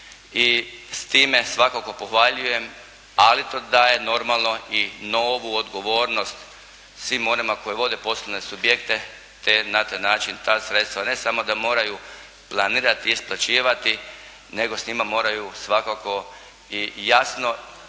s time svakako pohvaljujem, ali to daje normalno i novu odgovornost svima onima koji vode poslovne subjekte te na taj način ta sredstva, ne samo da moraju planirati isplaćivati, nego s njima moraju svakako i jasno